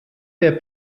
der